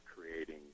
creating